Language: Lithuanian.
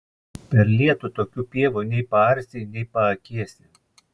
per lietų tokių pievų nei paarsi nei paakėsi